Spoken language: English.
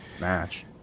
match